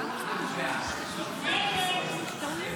גם הסתייגות